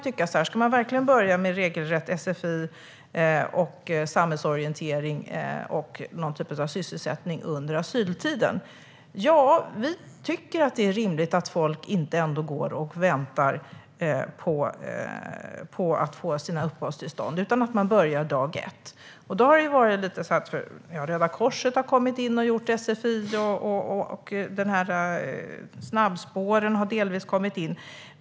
Ska man verkligen börja med regelrätt sfi, samhällsorientering och någon typ av sysselsättning under asyltiden? Ja, vi tycker att det är rimligt att folk inte bara går och väntar på att få sina uppehållstillstånd utan börjar dag ett. Det har varit så att Röda Korset har hållit i sfi, och snabbspåren har kommit till.